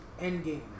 Endgame